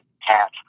Hat